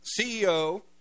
ceo